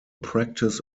practice